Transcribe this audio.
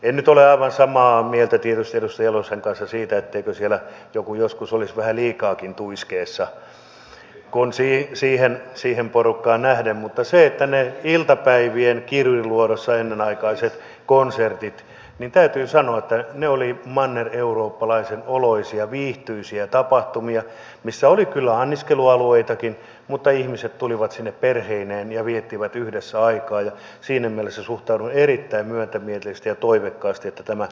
en nyt tietysti ole aivan samaa mieltä edustaja jalosen kanssa siitä etteikö siellä joku joskus olisi vähän liikaakin tuiskeessa siihen porukkaan nähden mutta niistä iltapäivien ennenaikaisista konserteista kirjurinluodossa täytyy sanoa että ne olivat mannereurooppalaisen oloisia viihtyisiä tapahtumia missä oli kyllä anniskelualueitakin mutta ihmiset tulivat sinne perheineen ja viettivät yhdessä aikaa ja siinä mielessä suhtaudun erittäin myötämielisesti ja toiveikkaasti että tämä kokonaisuudistuksessa huomioitaisiin